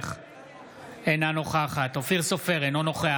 אינה נוכחת אופיר סופר, אינו נוכח